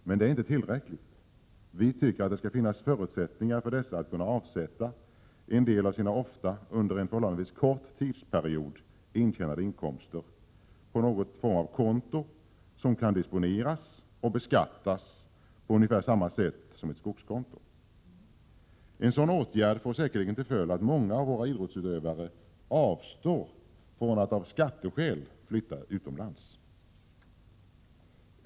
Men det är inte tillräckligt. Vi tycker att det skall finnas förutsättningar för dessa att kunna avsätta en del av sina ofta under en förhållandevis kort tidsperiod intjänade inkomster på någon form av konto, som kan disponeras och beskattas på ungefär samma sätt som ett skogskonto. En sådan åtgärd får säkerligen till följd att många av våra idrottsutövare avstår från att av skatteskäl flytta utomlands.